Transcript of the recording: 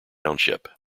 township